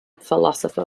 philosopher